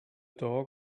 dog